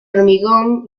hormigón